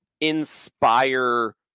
inspire